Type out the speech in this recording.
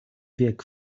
bieg